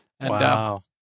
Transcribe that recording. Wow